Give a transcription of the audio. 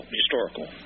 historical